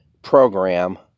program